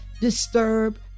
disturb